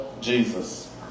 Jesus